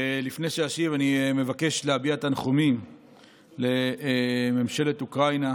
לפני שאשיב אני מבקש להביע תנחומים לממשלת אוקראינה